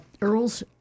Earl's